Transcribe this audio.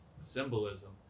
symbolism